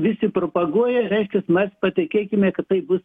visi propaguoja reiškias mes patikėkime kad tai bus